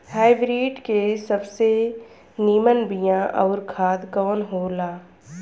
Hybrid के सबसे नीमन बीया अउर खाद कवन हो ला?